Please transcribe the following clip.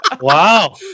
Wow